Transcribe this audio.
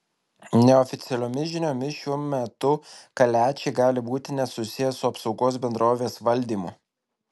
neoficialiomis žiniomis šiuo metu kaliačiai gali būti nesusiję su apsaugos bendrovės valdymu